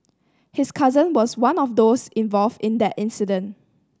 his cousin was one of those involved in that incident